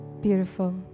Beautiful